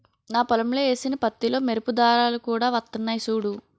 నా పొలంలో ఏసిన పత్తిలో మెరుపు దారాలు కూడా వొత్తన్నయ్ సూడూ